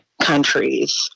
countries